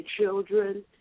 children